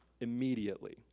immediately